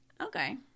okay